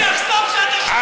אתה שקרן, אז